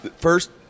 first